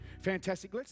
Fantastic